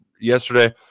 yesterday